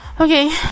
okay